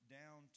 down